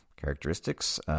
characteristics